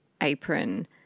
apron